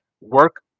work